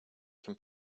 can